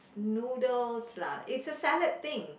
noodles lah it's a salad thing